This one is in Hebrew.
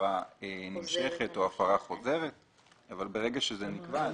הפרה נמשכת או הפרה חוזרת אבל ברגע שזה נקבע,